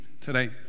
today